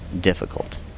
difficult